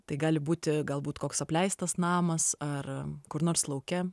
tai gali būti galbūt koks apleistas namas ar kur nors lauke